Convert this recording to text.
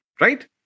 right